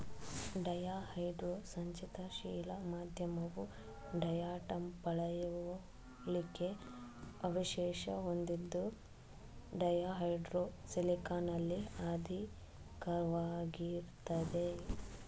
ಡಯಾಹೈಡ್ರೋ ಸಂಚಿತ ಶಿಲಾ ಮಾಧ್ಯಮವು ಡಯಾಟಂ ಪಳೆಯುಳಿಕೆ ಅವಶೇಷ ಹೊಂದಿದ್ದು ಡಯಾಹೈಡ್ರೋ ಸಿಲಿಕಾನಲ್ಲಿ ಅಧಿಕವಾಗಿರ್ತದೆ